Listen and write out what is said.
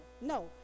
No